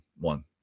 One